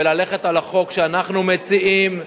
וללכת על החוק שאנחנו מציעים,